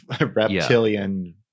reptilian